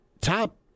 top